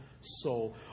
soul